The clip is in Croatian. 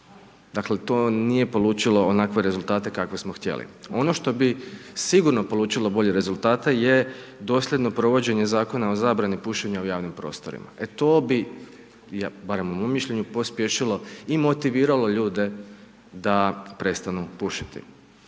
Dakle, to nije polučio onakve rezultate kakve smo htjeli. Ono što bi sigurno polučilo bolje rezultate, je doseljeno provođenje zakona o zabrani pušenja u javnim prostorima. E to bi, barem u mom mišljenju pospješilo i motiviralo ljude da prestanu pušiti.